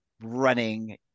running